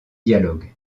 dialogues